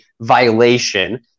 violation